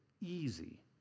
easy